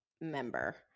member